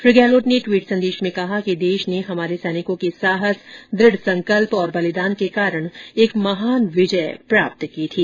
श्री गहलोत ने ट्वीट संदेश में कहा कि देश ने हमारे सैनिकों के साहस दृढ़ संकल्प और बलिदान के कारण एक महान विजय प्राप्त की थी